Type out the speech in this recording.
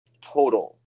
total